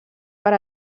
per